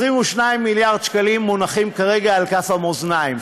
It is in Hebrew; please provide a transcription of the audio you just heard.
22 מיליארד שקלים מונחים כרגע על כף המאזניים,